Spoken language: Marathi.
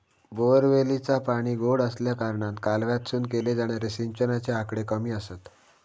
बोअरवेलीचा पाणी गोडा आसल्याकारणान कालव्यातसून केले जाणारे सिंचनाचे आकडे कमी आसत